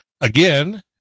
again